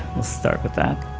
we'll start with that.